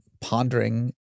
pondering